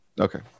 Okay